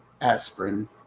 aspirin